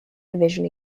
division